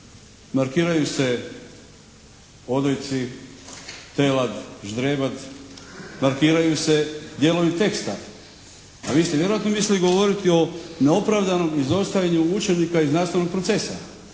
Markiraju se odojci, telad, ždrebad, markiraju se dijelovi teksta. A vi ste vjerojatno mislili govoriti o neopravdanom izostajanju učenika iz nastavnog procesa.